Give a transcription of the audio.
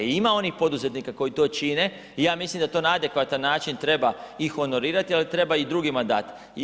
I ima onih poduzetnika koji to čine i ja mislim da to na adekvatan način treba i honorirati ali treba i drugima dati.